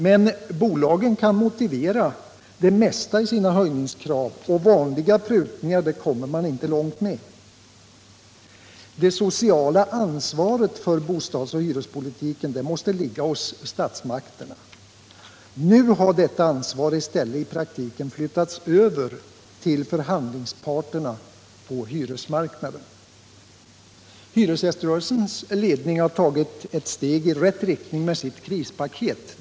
Men bolagen kan motivera det mesta i sina höjningskrav, och vanliga prutningar kommer man inte långt med. Det sociala ansvaret för bostadsoch hyrespolitiken måste ligga hos statsmakterna. Nu har detta ansvar i stället i praktiken flyttats över till förhandlingsparterna på hyresmarknaden. Hyresgäströrelsens ledning har tagit ett steg i rätt riktning med sitt krispaket.